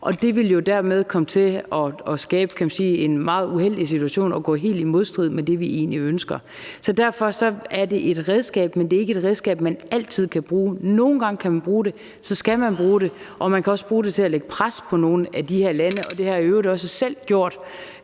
og det ville jo dermed komme til at skabe, kan man sige, en meget uheldig situation og være helt i modstrid med det, vi egentlig ønsker. Så derfor er det et redskab, men det er ikke et redskab, man altid kan bruge. Nogle gange kan man bruge det – så skal man bruge det – og man kan også bruge det til at lægge pres på nogle af de her lande. Det har jeg i øvrigt også selv gjort